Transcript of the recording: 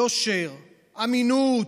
יושר, אמינות,